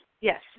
Yes